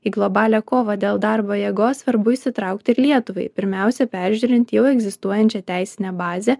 į globalią kovą dėl darbo jėgos svarbu įsitraukti ir lietuvai pirmiausia peržiūrint jau egzistuojančią teisinę bazę